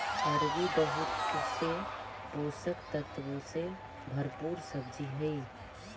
अरबी बहुत से पोषक तत्वों से भरपूर सब्जी हई